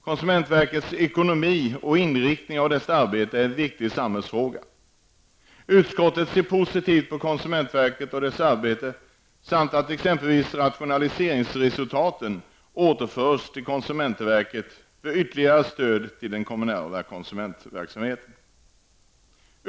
Konsumentverkets ekonomi och inriktningen av dess arbete är en viktig samhällsfråga. Utskottet ser positivt på konsumentverket och dess arbete, samt att exempelvis rationaliseringsresultaten återförs till konsumentverket för ytterligare stöd till den kommunala konsumentverksamheten.